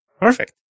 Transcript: Perfect